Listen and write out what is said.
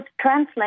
translate